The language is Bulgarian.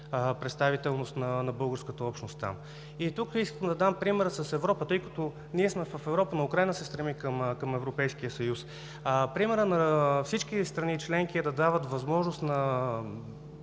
представителност на българската общност там. И тук искам да дам пример с Европа, защото ние сме в Европа, но Украйна се стреми към Европейския съюз. Примерът на всички страни членки е да дават възможност на